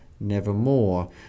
nevermore